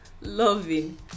loving